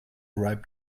ripe